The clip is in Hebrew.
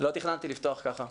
לא תכננתי לפתוח ככה.